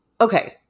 Okay